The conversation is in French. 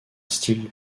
style